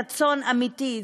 רצון אמיתי.